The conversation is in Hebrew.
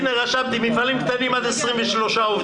הינה רשמתי: מפעלים קטנים עד 23 עובדים.